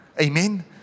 Amen